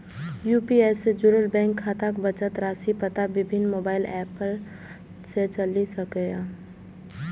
UPI सं जुड़ल bank खाताक बचत राशिक पता विभिन्न मोबाइल एप सं चलि सकैए